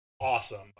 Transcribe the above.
awesome